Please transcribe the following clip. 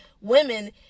women